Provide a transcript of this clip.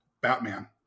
Batman